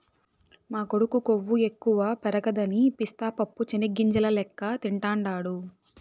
మా కొడుకు కొవ్వు ఎక్కువ పెరగదని పిస్తా పప్పు చెనిగ్గింజల లెక్క తింటాండాడు